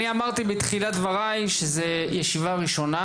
אמרתי בתחילת דברי שזאת ישיבה ראשונה,